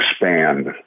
expand